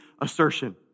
assertion